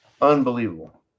Unbelievable